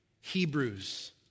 Hebrews